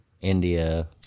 India